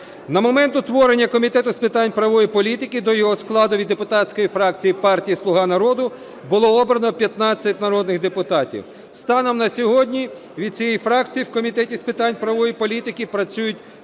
На момент утворення Комітету з питань правової політики до його складу від депутатської фракції "Слуга народу" було обрано 15 народних депутатів. Станом на сьогодні від цієї фракції у Комітеті з питань правової політики працюють 13